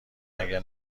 مگه